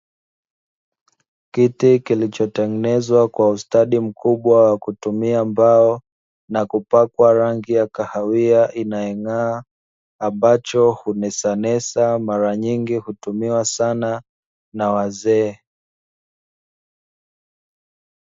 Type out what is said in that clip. Kiti kilichotengenezwa kwa ustadi mkubwa kwa kutumia mbao, na kupakwa rangi ya kahawia inayong'aa, ambacho hunesanesa, mara nyingi hutumiwa sana na wazee.